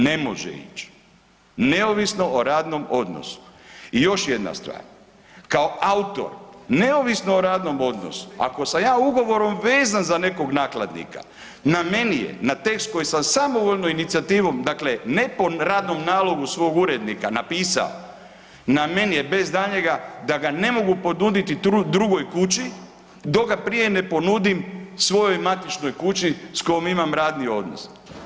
Ne može ići neovisno o radnom odnosu i još jedna stvar kao autor neovisno o radnom odnosu ako sam ja ugovorom vezan za nekog nakladnika na meni je na tekst koji sam samovoljno inicijativom, dakle ne po radnom nalogu svog urednika napisao, na meni je bez daljnjega da ga ne mogu ponuditi drugoj kući dok ga prije ne ponudim svojoj matičnoj kući s kojom imam radni odnos.